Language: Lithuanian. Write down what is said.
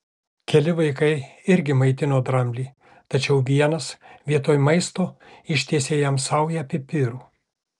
keli vaikai irgi maitino dramblį tačiau vienas vietoj maisto ištiesė jam saują pipirų